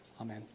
Amen